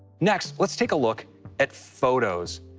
next, let's take a look at photos.